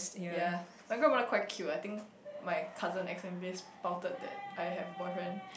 ya my grandmother quite cute I think my cousin accidentally spouted that I have boyfriend